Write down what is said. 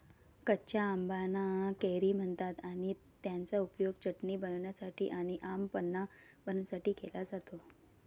कच्या आंबाना कैरी म्हणतात आणि त्याचा उपयोग चटणी बनवण्यासाठी आणी आम पन्हा बनवण्यासाठी केला जातो